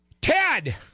Ted